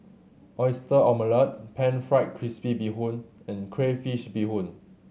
Oyster Omelette Pan Fried Crispy Bee Hoon and crayfish beehoon